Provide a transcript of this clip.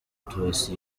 turasa